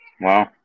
Wow